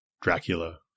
Dracula